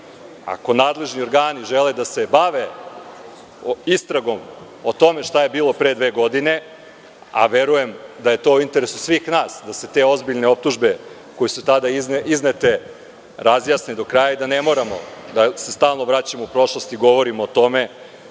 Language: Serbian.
ako nadležni organi žele da se bave istragom o tome šta je bilo pre dve godine, a verujem da je to u interesu svih nas da se te ozbiljne optužbe koje su tada iznete razjasne do kraja i da ne moramo da se stalno vraćamo u prošlost i govorimo o tome